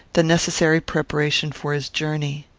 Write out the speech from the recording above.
the necessary preparation for his journey.